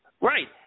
Right